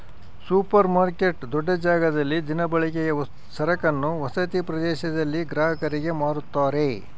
super market ದೊಡ್ಡ ಜಾಗದಲ್ಲಿ ದಿನಬಳಕೆಯ ಸರಕನ್ನು ವಸತಿ ಪ್ರದೇಶದಲ್ಲಿ ಗ್ರಾಹಕರಿಗೆ ಮಾರುತ್ತಾರೆ